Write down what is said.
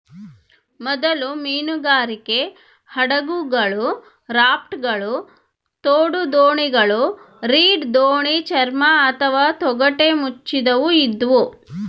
ಮೊದಲ ಮೀನುಗಾರಿಕೆ ಹಡಗುಗಳು ರಾಪ್ಟ್ಗಳು ತೋಡುದೋಣಿಗಳು ರೀಡ್ ದೋಣಿ ಚರ್ಮ ಅಥವಾ ತೊಗಟೆ ಮುಚ್ಚಿದವು ಇದ್ವು